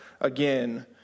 again